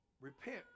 Repent